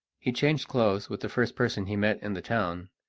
he changed clothes with the first person he met in the town,